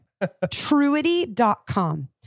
Truity.com